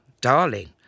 darling